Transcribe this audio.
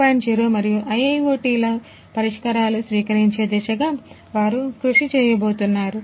0 మరియు IIoT పరిష్కారాలు స్వీకరించే దిశగా వారు కృషి చేయబోతున్నారు